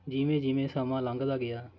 ਜਿਵੇਂ ਜਿਵੇਂ ਸਮਾਂ ਲੰਘਦਾ ਗਿਆ